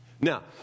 Now